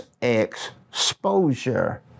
exposure